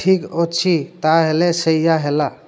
ଠିକ୍ ଅଛି ତା'ହେଲେ ସେଇଆ ହେଲା